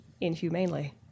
inhumanely